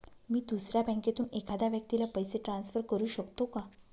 मी दुसऱ्या बँकेतून एखाद्या व्यक्ती ला पैसे ट्रान्सफर करु शकतो का?